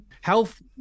Health